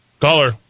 Caller